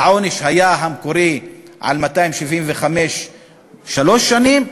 והעונש המקורי על 275 היה שלוש שנים,